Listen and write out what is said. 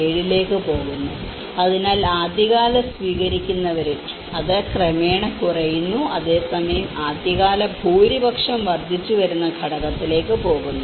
7 ലേക്ക് പോകുന്നു അതിനാൽ ആദ്യകാല സ്വീകരിക്കുന്നവർ അത് ക്രമേണ കുറയുന്നു അതേസമയം ആദ്യകാല ഭൂരിപക്ഷം വർദ്ധിച്ചുവരുന്ന ഘടകത്തിലേക്ക് പോകുന്നു